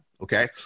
Okay